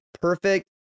perfect